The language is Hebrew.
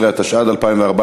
38), התשע"ד 2014,